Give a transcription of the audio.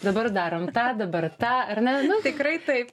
dabar darom tą dabar tą ar ne tikrai taip